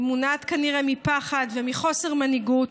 היא מונעת כנראה מפחד ומחוסר מנהיגות,